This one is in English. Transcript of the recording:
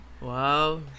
wow